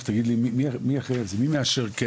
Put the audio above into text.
מי אחראי על זה?